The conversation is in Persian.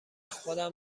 خودم